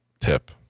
tip